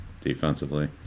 defensively